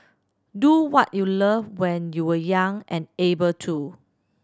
do what you love when you are young and able to